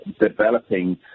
developing